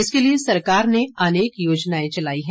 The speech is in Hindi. इसके लिए सरकार ने अनेक योजनाएं चलाई हैं